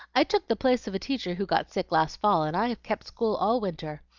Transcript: i took the place of a teacher who got sick last fall, and i kept school all winter.